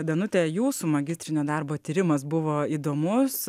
danute jūsų magistrinio darbo tyrimas buvo įdomus